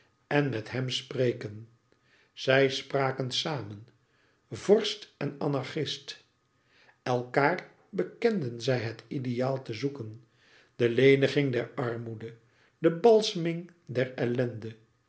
en met hem spreken zij spraken samen vorst en anarchist elkaâr bekenden zij het ideaal te zoeken de leniging der armoede de balseming der ellende